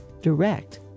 Direct